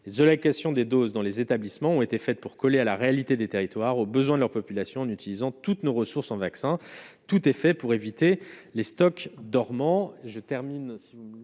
de la question des doses dans les établissements ont été faites pour coller à la réalité des territoires aux besoins de leur population, en utilisant toutes nos ressources en vaccins, tout est fait pour éviter les stocks dormants,